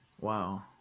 Wow